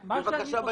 בבקשה,